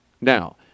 Now